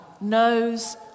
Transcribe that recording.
knows